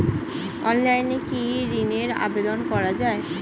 অনলাইনে কি ঋণের আবেদন করা যায়?